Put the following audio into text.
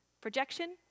projection